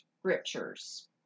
scriptures